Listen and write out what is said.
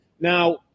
Now